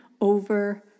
over